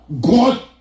God